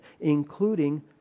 including